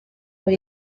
muri